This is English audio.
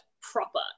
proper